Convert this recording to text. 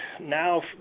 now